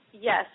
Yes